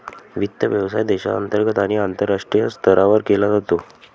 वित्त व्यवसाय देशांतर्गत आणि आंतरराष्ट्रीय स्तरावर केला जातो